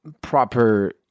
proper